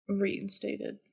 reinstated